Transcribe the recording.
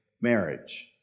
marriage